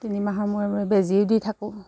তিনিমাহৰ মূৰে মূৰে বেজীও দি থাকোঁ